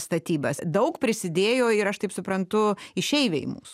statybas daug prisidėjo ir aš taip suprantu išeiviai mūsų